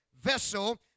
vessel